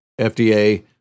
FDA